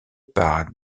par